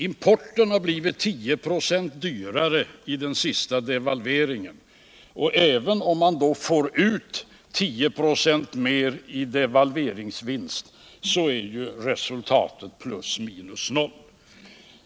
Importen har blivit 10 ”. dyrare genom den senaste devalveringen. Även om Volvo får ut 10”. mer i delvalveringsvinst är ju resultatet då plus minus noll.